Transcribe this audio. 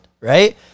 Right